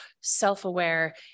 self-aware